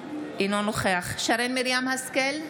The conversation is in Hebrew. אינו נוכח שרן מרים השכל,